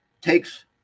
takes